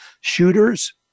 shooters